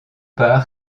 par